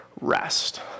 rest